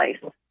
place